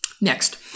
Next